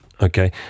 Okay